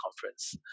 conference